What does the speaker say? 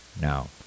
Now